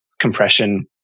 compression